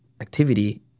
activity